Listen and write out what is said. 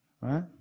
Right